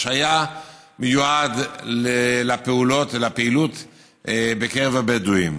שהיה מיועד לפעולות ולפעילות בקרב הבדואים.